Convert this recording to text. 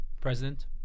president